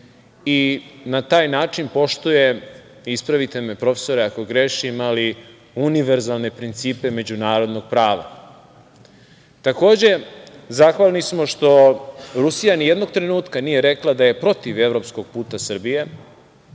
i na taj način poštuje, ispravite me profesore ako grešim, ali univerzalne principe međunarodnog prava. Takođe, zahvalni smo što Rusija ni jednog trenutka nije rekla da je protiv evropskog puta Srbije,